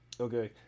Okay